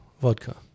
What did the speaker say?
vodka